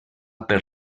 per